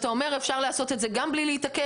אתה אומר שאפשר לעשות את זה גם בלי להתעכב,